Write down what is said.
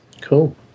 cool